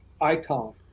icon